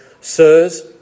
Sirs